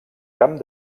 camp